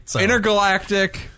Intergalactic